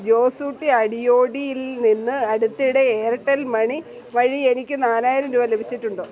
ജോസൂട്ടി അടിയോടിയിൽ നിന്ന് അടുത്തിടെ എയർടെൽ മണി വഴി എനിക്ക് നാലായിരം രൂപ ലഭിച്ചിട്ടുണ്ടോ